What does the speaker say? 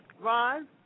Ron